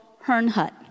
Hernhut